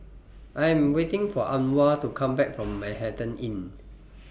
I Am waiting For Anwar to Come Back from Manhattan Inn